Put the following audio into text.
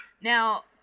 Now